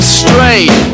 straight